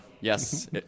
Yes